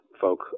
folk